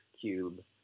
cube